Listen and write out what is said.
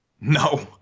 No